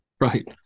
Right